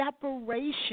separation